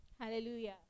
Hallelujah